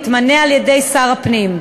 מתמנה על-ידי שר הפנים.